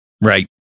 Right